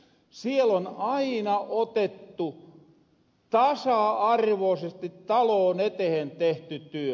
siel on aina tasa arvoosesti talon etehen tehty työt